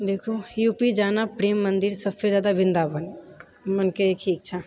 देखू U P जाना प्रेम मन्दिर सबसँ जादा वृन्दावन मनके एक ही इच्छा